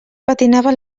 patinava